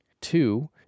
two